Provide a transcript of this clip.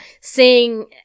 seeing